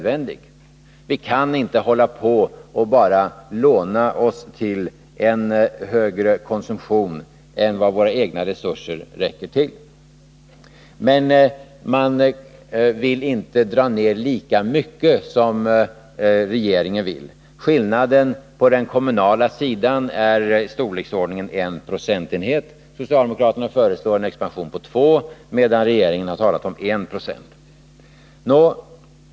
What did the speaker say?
Vi kan inte fortsätta att låna till en högre konsumtion än vad våra egna resurser räcker till. Men socialdemokraterna vill inte dra ner lika mycket som regeringen. Skillnaden på den kommunala sidan är i storleksordningen en procentenhet. Socialdemokraterna föreslår en expansion på 2 96, medan regeringen har talat om 1 26.